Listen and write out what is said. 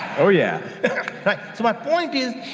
oh yeah so my point is,